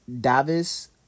Davis